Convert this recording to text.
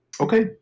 Okay